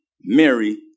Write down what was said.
Mary